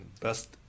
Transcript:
Best